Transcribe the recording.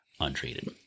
untreated